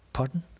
Pardon